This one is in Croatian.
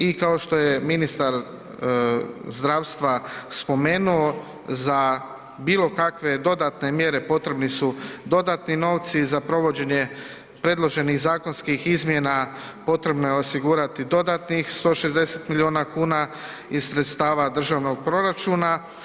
I kao što je ministar zdravstva spomenuo za bilo kakve dodatne mjere potrebni su dodatni novci, za provođenje predloženih zakonskih izmjena potrebno je osigurati dodatnih 160 milijuna kuna iz sredstava državnog proračuna.